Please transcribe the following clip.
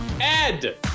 Ed